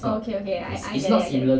orh okay okay I I get it I get it